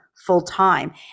full-time